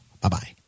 Bye-bye